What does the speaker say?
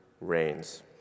reigns